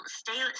stay